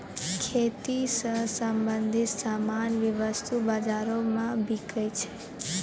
खेती स संबंछित सामान भी वस्तु बाजारो म बिकै छै